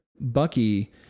Bucky